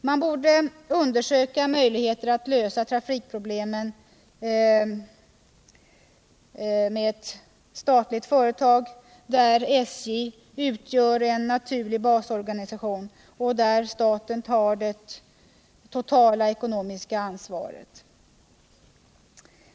Man borde undersöka möjligheter att lösa trafikproblemen med ett statligt företag, där SJ utgör en naturlig basorganisation och där staten har det totala ekonomiska ansvaret.